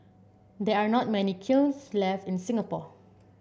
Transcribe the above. there are not many kilns left in Singapore